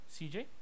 CJ